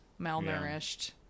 malnourished